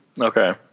Okay